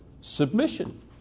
submission